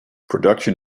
production